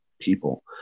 people